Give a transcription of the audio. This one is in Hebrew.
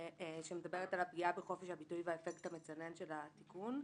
שמדברת על הפגיעה בחופש הביטוי והאפקט המצנן של התיקון.